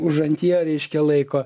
užantyje reiškia laiko